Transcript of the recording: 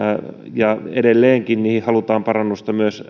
ja edelleenkin halutaan parannusta myös